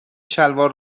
شلوار